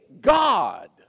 God